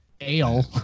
Ale